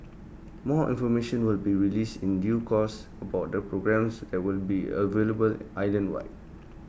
more information will be released in due course about the programmes that will be available island wide